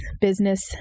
business